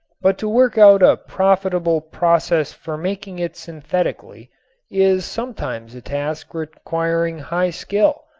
but to work out a profitable process for making it synthetically is sometimes a task requiring high skill,